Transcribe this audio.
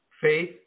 Faith